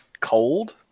cold